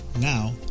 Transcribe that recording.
Now